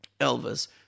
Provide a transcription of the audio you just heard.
Elvis